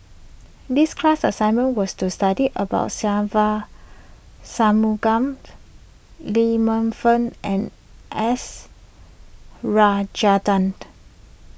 this class assignment was to study about Se Ve Shanmugam Lee Man Fong and S Rajendran